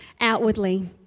outwardly